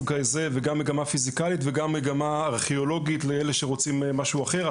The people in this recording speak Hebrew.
גם מגמה פיזיקלית וגם מגמה ארכיאולוגית לאלה שרוצים משהו אחר.